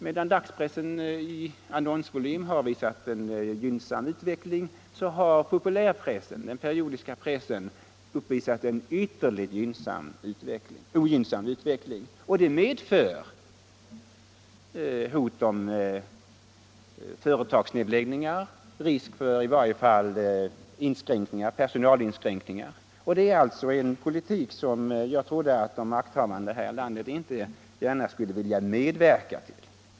Medan annonsvolymen visat en gynnsam utveckling hos dagspressen har den hos den periodiska pressen visat en ytterligt ogynnsam utveckling. Det medför hot om företagsnedläggningar och risk för personalinskränkningar. Det är en politik som jag trodde att de makthavande här i landet inte gärna skulle vilja medverka till.